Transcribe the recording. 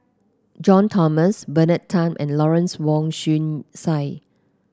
John Bernard Tan and Lawrence Wong Shyun Tsai